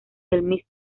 del